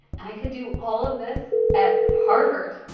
and i could do all of this at harvard.